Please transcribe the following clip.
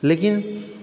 लेकिन